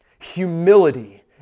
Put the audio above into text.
Humility